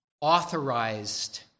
authorized